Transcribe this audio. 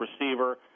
receiver